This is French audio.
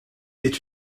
est